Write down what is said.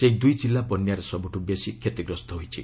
ସେହି ଦୁଇ ଜିଲ୍ଲା ବନ୍ୟାରେ ସବୁଠୁ ବେଶୀ କ୍ଷତିଗ୍ରସ୍ତ ହୋଇଛି